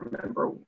remember